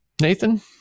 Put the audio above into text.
Nathan